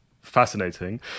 fascinating